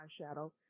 eyeshadow